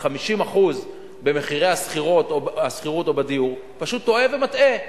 50% במחירי השכירות או בדיור, פשוט טועה ומטעה.